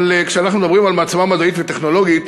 אבל כשאנחנו מדברים על מעצמה מדעית וטכנולוגית,